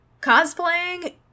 cosplaying